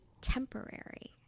temporary